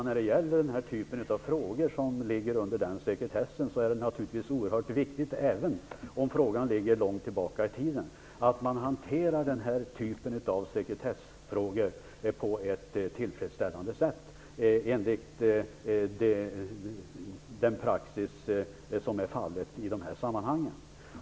När det gäller den typ av frågor som faller under sekretessen är det naturligtvis oerhört viktigt - även om frågan ligger långt tillbaka i tiden - att man hanterar den här typen av sekretessfrågor på ett tillfredsställande sätt enligt praxis i de här sammanhangen.